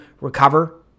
recover